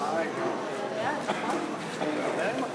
סעיפים 1